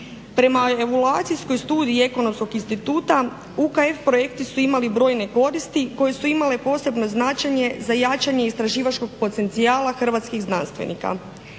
Prema evaluacijskoj studiji Ekonomskog instituta UKF projekti su imali brojne koristi koje su imale posebne značenje za jačanje istraživačkog potencijala hrvatskih znanstvenika.